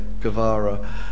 Guevara